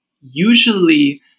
usually